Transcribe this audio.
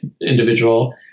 individual